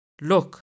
Look